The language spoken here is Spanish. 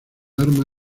arma